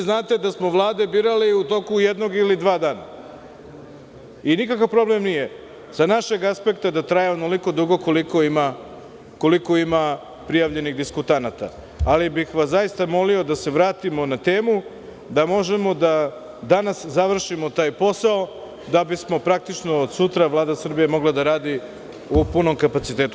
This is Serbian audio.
Znate da smo vlade birali u toku jednog ili dva dana i nikakav problem nije sa našeg aspekta da traje onoliko dugo koliko ima prijavljenih diskutanata, ali bih vas zaista molio da se vratimo na temu, da možemo da danas završimo taj posao, da bi praktično od sutra Vlada Srbije mogla da radi u punom kapacitetu.